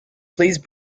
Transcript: please